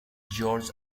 george